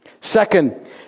Second